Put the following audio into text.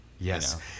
Yes